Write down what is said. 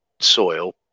soil